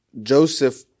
Joseph